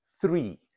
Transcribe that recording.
three